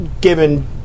Given